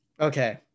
Okay